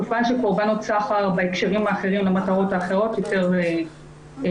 תופעה של קורבנות סחר בהקשרים האחרים למטרות האחרות יותר מוכרת.